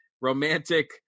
romantic